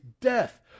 death